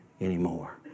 anymore